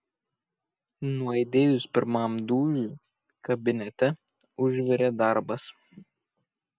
nuaidėjus pirmam dūžiui kabinete užvirė darbas